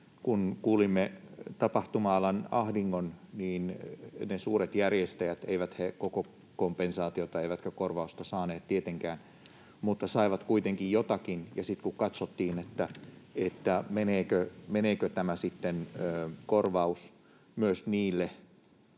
Kun kuulimme tapahtuma-alan ahdingon, niin eivät ne suuret järjestäjät koko kompensaatiota eivätkä korvausta saaneet tietenkään, mutta saivat kuitenkin jotakin, ja sitten kun katsottiin, meneekö tämä korvaus sitten myös niille